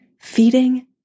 feeding